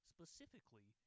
Specifically